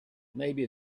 maybe